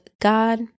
God